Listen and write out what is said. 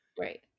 Right